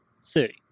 city